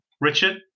Richard